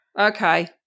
Okay